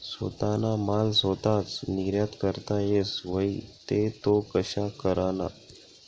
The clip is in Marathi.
सोताना माल सोताच निर्यात करता येस व्हई ते तो कशा कराना?